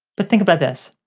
but think about this.